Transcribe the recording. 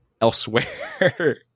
elsewhere